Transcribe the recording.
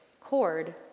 cord